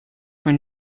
were